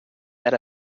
that